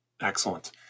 Excellent